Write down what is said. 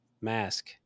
Mask